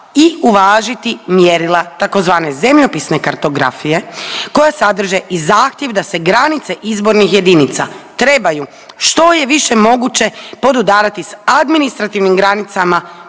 i uvažiti mjerila tzv. zemljopisne kartografije koja sadrže i zahtjev da se granice izbornih jedinica trebaju što je više moguće podudarati s administrativnim granicama